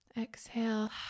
Exhale